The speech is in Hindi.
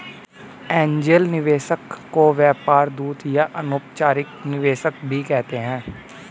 एंजेल निवेशक को व्यापार दूत या अनौपचारिक निवेशक भी कहते हैं